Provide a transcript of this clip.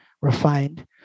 refined